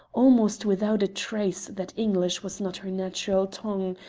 almost without a trace that english was not her natural tongue,